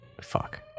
Fuck